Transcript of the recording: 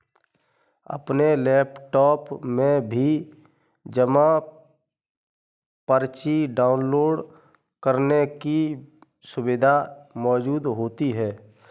अपने लैपटाप में भी जमा पर्ची डाउनलोड करने की सुविधा मौजूद होती है